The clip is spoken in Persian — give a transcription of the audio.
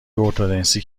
ارتدنسی